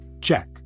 Check